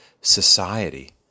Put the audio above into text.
society